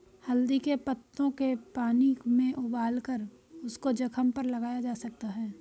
हल्दी के पत्तों के पानी में उबालकर उसको जख्म पर लगाया जा सकता है